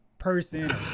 person